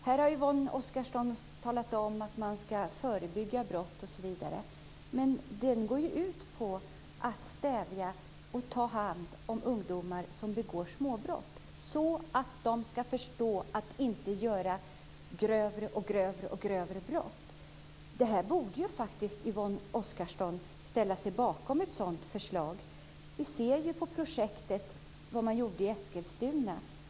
Här har Yvonne Oscarsson talat om att man ska förebygga brott osv. Modellen går ut på att stävja brott och ta hand om ungdomar som begår småbrott så att de ska förstå att de inte ska begå allt grövre brott. Ett sådant förslag borde faktiskt Yvonne Oscarsson ställa sig bakom. Vi ser vad man gjorde i projektet i Eskilstuna.